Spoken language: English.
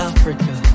Africa